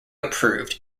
approved